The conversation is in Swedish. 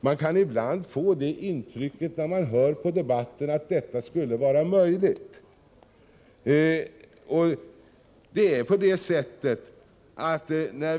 Man kan ibland få det intrycket när man hör på debatten att det skulle vara möjligt.